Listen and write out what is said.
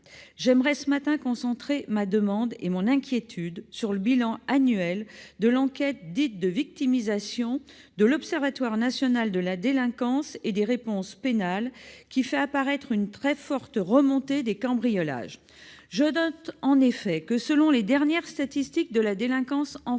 Ce matin, je me concentrerai sur les inquiétudes nées du bilan annuel de l'enquête dite de victimisation de l'Observatoire national de la délinquance et des réponses pénales, qui fait apparaître une très forte remontée des cambriolages. Selon les dernières statistiques de la délinquance en France,